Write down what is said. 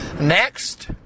Next